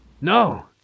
No